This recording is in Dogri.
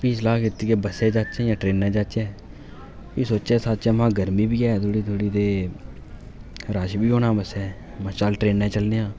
फ्ही सलाह् कीती कि बस्सै च जाह्चै जां ट्रेनै च जाचै फ्ही सोचेआ साचेआ महां गर्मी बी ऐ थोह्ड़ी थोह्ड़ी ते रश बी होना बस्सै च महां चल ट्रेनां च चलने आं